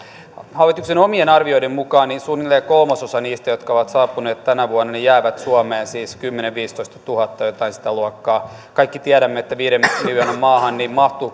hallituksen omien arvioiden mukaan suunnilleen kolmasosa niistä jotka ovat saapuneet tänä vuonna jää suomeen siis kymmenentuhatta viiva viisitoistatuhatta jotain sitä luokkaa kaikki tiedämme että viiden miljoonan maahan mahtuu